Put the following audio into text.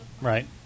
Right